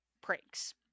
pranks